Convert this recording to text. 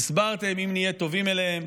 הסברתם: אם נהיה טובים אליהם,